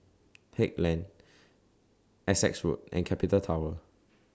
Haig Lane Essex Road and Capital Tower